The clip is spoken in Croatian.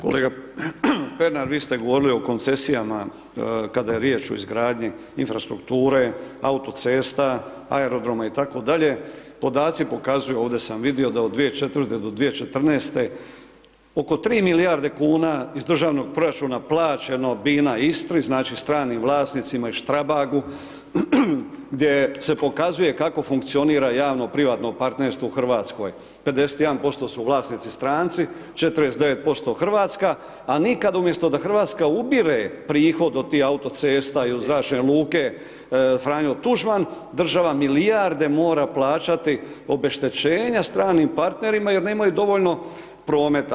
Kolega Pernar, vi ste govorili o koncesijama, kada je riječ o izgradnji infrastrukture, autocesta, aerodroma itd., podaci pokazuju, ovdje sam vidio da od 2004. do 2014. oko 3 milijarde kuna iz državnog proračuna plaćeno Bina Istri, znači, stranim vlasnicima i Štrabagu, gdje se pokazuje kako funkcionira javno privatno partnerstvo u RH, 51% su vlasnici stranci, 49% RH, a nikad umjesto da RH ubire prihod od tih autocesta i od Zračne luke Franjo Tuđman, država milijarde mora plaćati obeštećenja stranim partnerima jer nemaju dovoljno prometa.